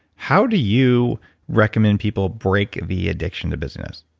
how do you recommend people break the addiction to busyness?